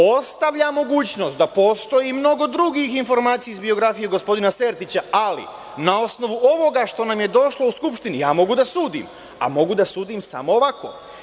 Ostavljam mogućnost da postoji mnogo drugih informacija iz biografije gospodina Sertića, ali na osnovu ovoga što nam je došlo u Skupštinu, ja mogu da sudim, a mogu da sudim samo ovako.